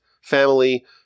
family